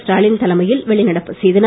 ஸ்டாலின் தலைமையில் வெளிநடப்பு செய்தனர்